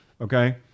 Okay